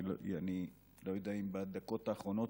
אני לא יודע אם בדקות האחרונות,